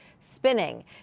spinning